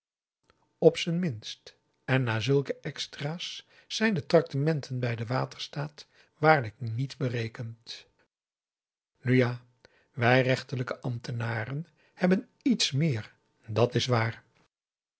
op zijn minst en naar zulke extra's zijn de traktementen bij den waterstaat waarlijk niet berekend p a daum de van der lindens c s onder ps maurits nu ja wij rechterlijke ambtenaren hebben iets meer dat is waar